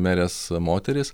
merės moterys